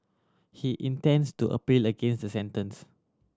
he intends to appeal against the sentence